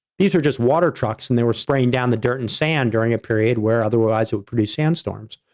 these are just water trucks and they were spraying down the dirt and sand during a period where otherwise it would produce sandstorms.